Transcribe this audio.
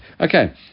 Okay